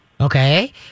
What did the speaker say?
Okay